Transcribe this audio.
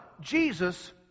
Jesus